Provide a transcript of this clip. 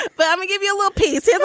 but let me give you a little piece. yeah